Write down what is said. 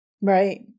Right